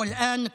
עכשיו,